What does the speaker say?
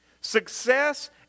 Success